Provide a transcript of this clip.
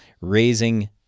raising